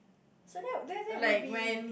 so that that that will be